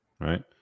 Right